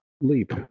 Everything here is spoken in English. leap